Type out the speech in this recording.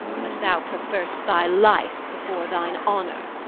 but thou preferr'st thy life, before thine honor.